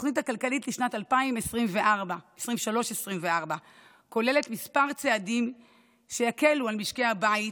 התוכנית הכלכלית לשנת 2024-2023 כוללת כמה צעדים שיקלו על משקי הבית